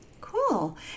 Cool